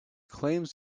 claims